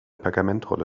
pergamentrolle